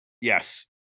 Yes